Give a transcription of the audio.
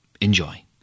Enjoy